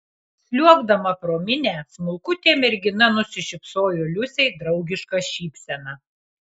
sliuogdama pro minią smulkutė mergina nusišypsojo liusei draugiška šypsena